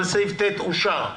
סעיף (ט) אושר.